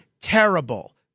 terrible